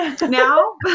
now